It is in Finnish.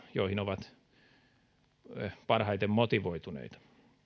joihin ovat parhaiten motivoituneita